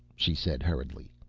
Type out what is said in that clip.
she said hurriedly,